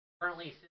currently